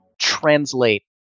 translate